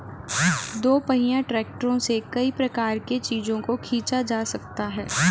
दोपहिया ट्रैक्टरों से कई प्रकार के चीजों को खींचा जा सकता है